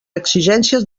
exigències